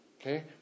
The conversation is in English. Okay